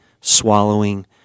swallowing